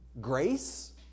grace